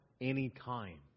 Anytime